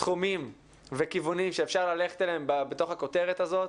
תחומים וכיוונים שאפשר ללכת אליהם בתוך הכותרת הזאת,